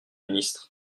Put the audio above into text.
ministre